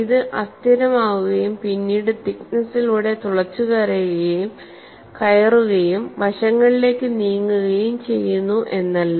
ഇത് അസ്ഥിരമാവുകയും പിന്നീട് തിക്നെസിലൂടെ തുളച്ചുകയറുകയും വശങ്ങളിലേക്ക് നീങ്ങുകയും ചെയ്യുന്നു എന്നല്ല